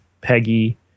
Peggy